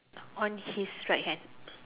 on his right hand